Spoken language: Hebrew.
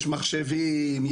יש מחשבים,